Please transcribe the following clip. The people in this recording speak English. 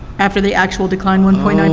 after the actual decline, one point nine,